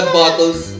bottles